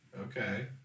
Okay